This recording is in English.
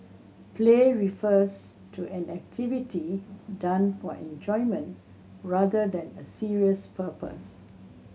play refers to an activity done for enjoyment rather than a serious purpose